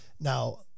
Now